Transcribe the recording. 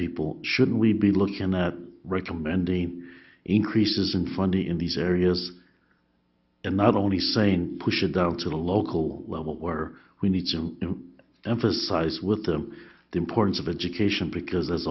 people should we be looking at recommending increases in funding in these areas and not only st push it down to the local level where we need to emphasize with them the importance of education because there's